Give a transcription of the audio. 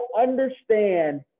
understand